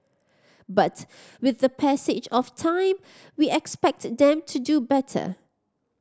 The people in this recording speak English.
but with the passage of time we expect them to do better